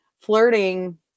flirting